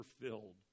filled